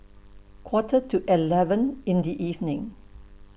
Quarter to eleven in The evening